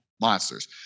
monsters